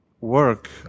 work